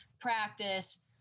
practice